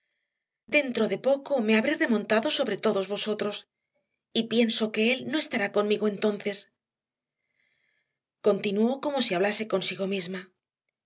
dentro de poco me habré remontado sobre todos vosotros y pienso que él no estará conmigo entonces continuó como si hablase consigo misma